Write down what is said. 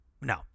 No